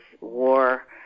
war